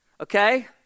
okay